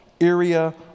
area